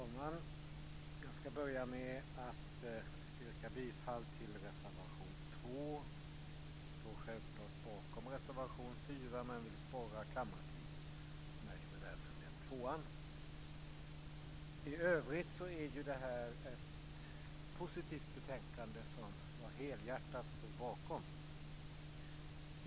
Fru talman! Jag ska börja med att yrka bifall till reservation 2. Jag står självfallet bakom reservation 4, men jag vill spara kammarens tid och nöjer mig därför med nr 2. I övrigt är detta ett positivt betänkande som jag helhjärtat står bakom.